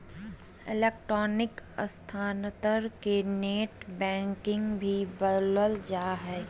electronic स्थानान्तरण के net banking भी बोलल जा हइ